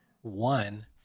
One